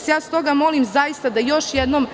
Stoga vas molim da još jednom